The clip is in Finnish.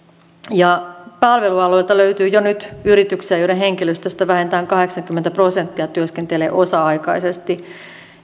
palvelualoilta löytyy jo nyt yrityksiä joiden henkilöstöstä vähintään kahdeksankymmentä prosenttia työskentelee osa aikaisesti